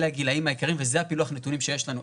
אלה הגילאים העיקריים וזה פילוח הנתונים שיש לנו,